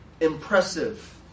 impressive